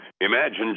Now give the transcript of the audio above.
Imagine